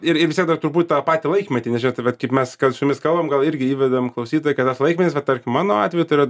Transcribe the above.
ir ir vis tiek dar turbūt tą patį laikmetį nežiūrėtų vat kaip mes kas su jumis kalbam gal irgi įvedam klausytojui kad tas laikmetis vat tarkim mano atveju tai yra